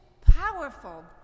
powerful